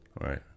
right